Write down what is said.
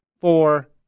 four